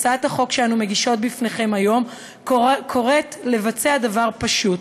הצעת החוק שאנו מגישות בפניכם היום קוראת לבצע דבר פשוט,